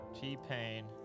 T-Pain